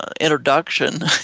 introduction